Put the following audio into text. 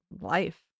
life